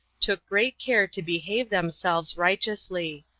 took great care to behave themselves righteously.